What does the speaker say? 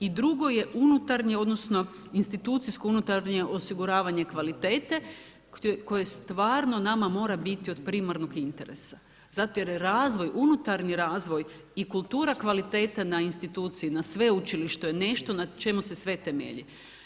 I drugo je unutarnje, institucijsko unutarnje osiguravanje kvalitete, koje stvarno nama mora biti od primarnog interesa, zato jer razvoj, unutarnji razvoj i kultura kvalitete na instituciji, na sveučilištu je nešto na čemu se sve temelji.